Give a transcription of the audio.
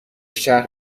شهر